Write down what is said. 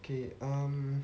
okay um